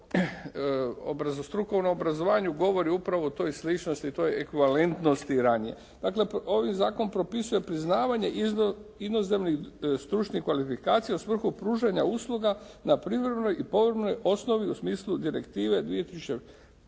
o strukovnom obrazovanju govori upravo o toj sličnosti, toj ekvivalenosti ranije. Dakle ovaj zakon propisuje priznavanje inozemnih stručnih kvalifikacija u svrhu pružanja usluga na privremenoj i povremenoj osnovi u smislu direktive 2005./36